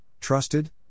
trusted